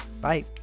bye